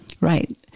Right